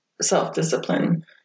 self-discipline